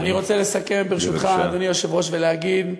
אני רוצה לסכם, ברשותך, אדוני היושב-ראש, ולהגיד,